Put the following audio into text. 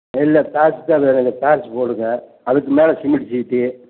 இல்லை தார்ஸ் தான் வேணும் எனக்கு தார்ஸ் போடுங்க அதுக்கு மேலே சிமெண்ட் சீட்டு